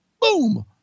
boom